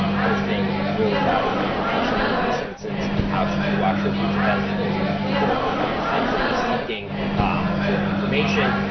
um posting really valuable information. in this instance, how should you wash your fruits and vegetables? i mean, people are constantly seeking for information.